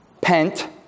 Pent